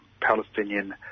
Palestinian